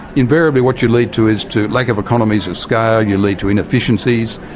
invariably what you lead to is to lack of economies of scale, you lead to inefficiencies,